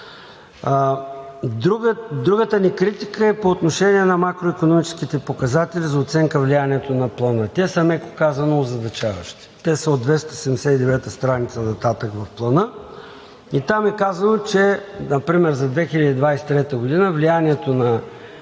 Другата ни критика е по отношение на макроикономическите показатели за оценка влиянието на Плана. Те са, меко казано, озадачаващи. Те са от 289-а страница нататък в Плана. И там е казано, например за 2023 г., че влиянието на